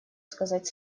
сказать